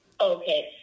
Okay